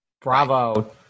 bravo